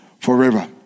forever